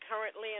currently